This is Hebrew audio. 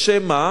בשם מה?